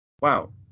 wow